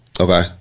Okay